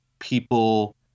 People